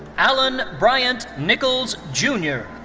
allan bryant nichols jr.